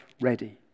ready